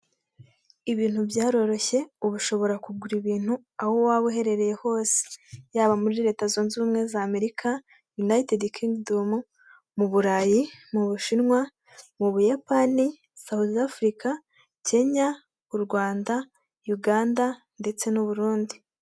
Ibintu byaroroshye uba ushobora kugura ibintu aho waba uherereye hose yaba muri leta zunze ubumwe za amerika, yunayitedi kingidomu mu burayi mu bushinwa, mu buyapani, sawufu afurika, kenya, u Rwanda, uganda ndetse n'u burundi.